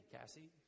Cassie